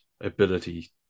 ability